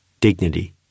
dignity